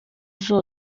zose